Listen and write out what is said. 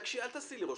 אל תעשי לי ראש,